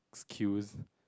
queues